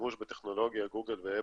שימוש בטכנולוגיה של גוגל ואפל,